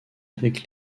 avec